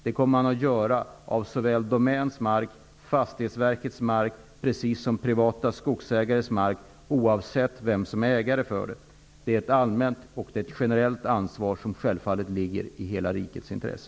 Det kommer man att göra på såväl Domän AB:s mark, Fastighetsverkets mark som på privata skogsägares mark. Det gäller oavsett vem som är ägare. Det finns ett allmänt och generellt ansvar, och detta ligger självfallet i hela rikets intresse.